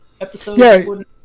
episode